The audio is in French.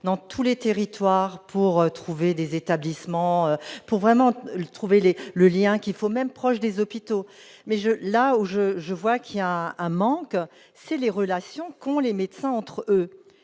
dans tous les territoires pour trouver des établissements pour vraiment trouver les le lien qu'il faut même proche des hôpitaux mais je là où je je vois qu'il y a un manque c'est les relations qu'ont les médecins entre eux